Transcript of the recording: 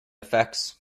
effects